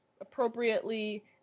appropriately